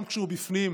גם כשהוא בפנים,